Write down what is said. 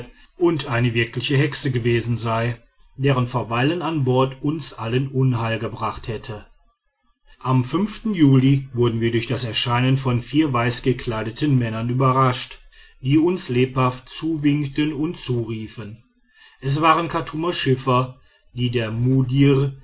und eine wirkliche hexe gewesen sei deren verweilen an bord uns allen unheil gebracht hätte am juli wurden wir durch das erscheinen von vier weißgekleideten männern überrascht die uns lebhaft zuwinkten und zuriefen es waren chartumer schiffer die der mudir